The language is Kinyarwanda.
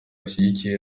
bashyigikiye